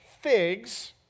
figs